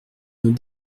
nos